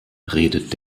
redet